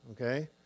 Okay